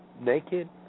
naked